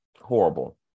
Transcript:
Horrible